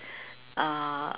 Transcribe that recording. uh